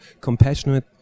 compassionate